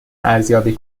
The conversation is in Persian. ارزیابی